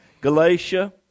Galatia